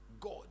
God